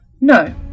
No